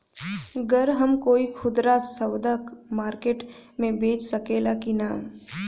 गर हम कोई खुदरा सवदा मारकेट मे बेच सखेला कि न?